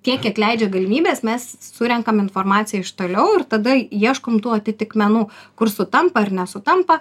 tiek kiek leidžia galimybės mes surenkam informaciją iš toliau ir tada ieškom tų atitikmenų kur sutampa ar nesutampa